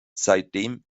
seitdem